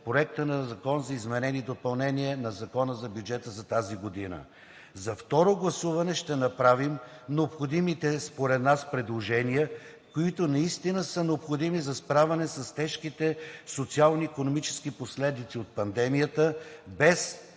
Законопроекта за изменение и допълнение на Закона за бюджета за тази година. За второ гласуване ще направим необходимите според нас предложения, които наистина са необходими за справяне с тежките социално-икономически последици от пандемията без,